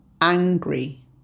angry